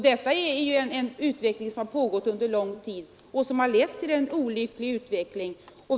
Det är någonting som har fortgått under lång tid och som har lett till den olyckliga utvecklingen.